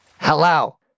Hello